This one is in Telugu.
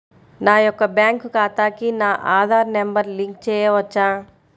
నా యొక్క బ్యాంక్ ఖాతాకి నా ఆధార్ నంబర్ లింక్ చేయవచ్చా?